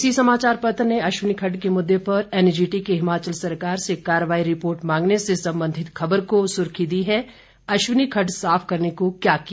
इसी समाचार पत्र ने अश्वनी खड़ड के मुददे पर एनजीटी के हिमाचल सरकार से कार्रवाई रिपोर्ट मांगने से संबंधित खबर को सुर्खी दी है अश्विनी खड्ड साफ करने को क्या किया